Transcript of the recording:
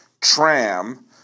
Tram